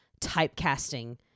typecasting